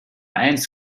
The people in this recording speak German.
eins